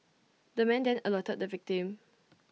the man then alerted the victim